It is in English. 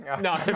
No